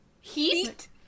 heat